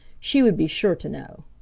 she would be sure to know.